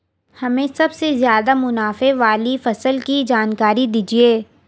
हमें सबसे ज़्यादा मुनाफे वाली फसल की जानकारी दीजिए